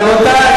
רבותי.